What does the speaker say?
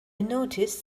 noticed